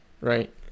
right